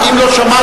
אם לא שמעת,